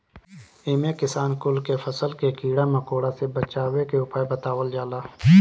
इमे किसान कुल के फसल के कीड़ा मकोड़ा से बचावे के उपाय बतावल जाला